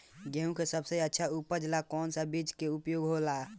गेहूँ के सबसे अच्छा उपज ला कौन सा बिज के उपयोग होला?